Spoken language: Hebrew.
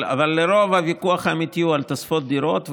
אבל רוב הוויכוח האמיתי הוא על תוספות דירות,